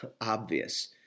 obvious